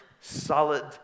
solid